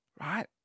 right